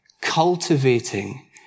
cultivating